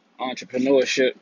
entrepreneurship